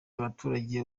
abaturage